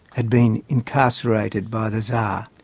had been incarcerated by the tsar.